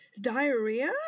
Diarrhea